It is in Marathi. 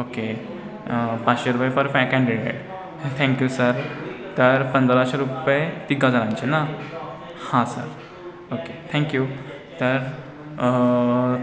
ओके पाचशे रुपये पर कॅन्डिडेट थँक्यू सर तर पंधराशे रुपये तिघाजणांचे ना हा सर ओके थँक्यू तर